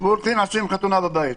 והולכים ועושים חתונה בבית.